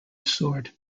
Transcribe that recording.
sword